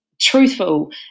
truthful